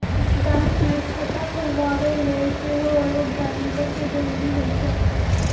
bank में खता खोलबाबे लेल सेहो एगो गरानटर के जरूरी होइ छै